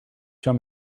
show